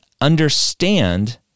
understand